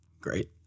Great